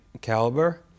caliber